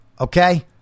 Okay